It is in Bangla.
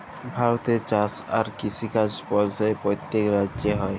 ভারতে চাষ আর কিষিকাজ পর্যায়ে প্যত্তেক রাজ্যে হ্যয়